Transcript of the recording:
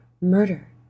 murder